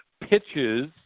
pitches